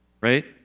right